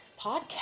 podcast